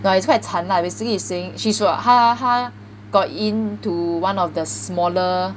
no lah it's quite 惨 lah basically it's saying she's was 他他 got into one of the smaller